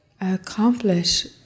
accomplish